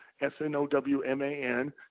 S-N-O-W-M-A-N